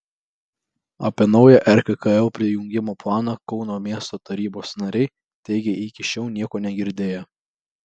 apie naują rkkl prijungimo planą kauno miesto tarybos nariai teigia iki šiol nieko negirdėję